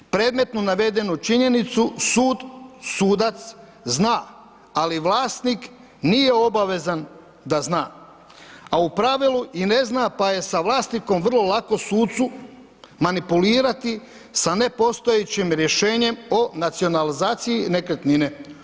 Predmetnu navedenu činjenicu sud, sudac zna, ali vlasnik nije obavezan da zna, a u pravilu i ne zna, pa je sa vlasnikom vrlo lako sucu manipulirati sa nepostojećim rješenjem o nacionalizaciji nekretnine.